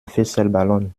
fesselballon